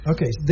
Okay